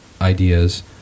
ideas